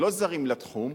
שלא זרים לתחום.